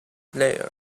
there